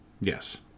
Yes